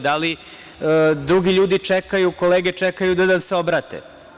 Drugi ljudi čekaju, kolege čekaju da se obrate.